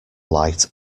light